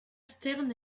stern